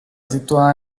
situada